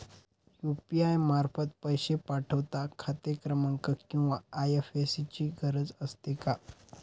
UPI मार्फत पैसे पाठवता खाते क्रमांक किंवा आय.एफ.एस.सी ची गरज असते का?